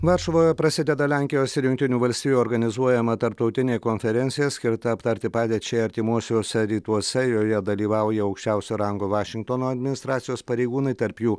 varšuvoje prasideda lenkijos ir jungtinių valstijų organizuojama tarptautinė konferencija skirta aptarti padėčiai artimuosiuose rytuose joje dalyvauja aukščiausio rango vašingtono administracijos pareigūnai tarp jų